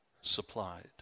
supplied